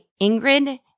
Ingrid